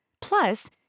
Plus